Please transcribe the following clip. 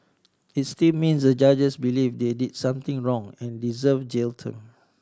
it still means the judges believe they did something wrong and deserve jail term